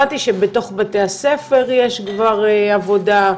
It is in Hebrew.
הבנתי שבתוך בתי הספר יש כבר עבודה,